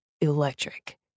electric